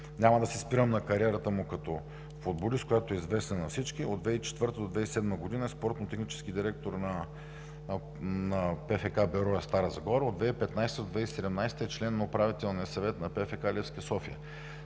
Няма да се спирам на кариерата му като футболист, която е известна на всички. От 2004-а до 2007 г. е спортно-технически директор на ПФК „Берое – Стара Загора“. От 2015-а до 2017 г. е член на Управителния съвет на ПФК „Левски – София“.